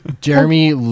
Jeremy